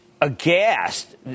aghast